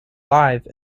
live